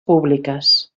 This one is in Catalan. públiques